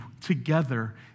together